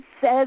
says